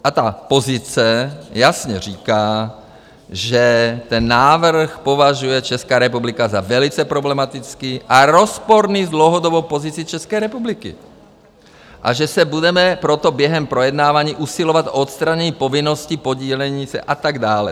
A ta pozice jasně říká, že ten návrh považuje Česká republika za velice problematický a rozporný s dlouhodobou pozicí České republiky a že budeme proto během projednávání usilovat o odstranění povinnosti podílení se a tak dále.